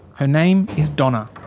her name is donna.